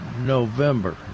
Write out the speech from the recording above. November